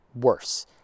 worse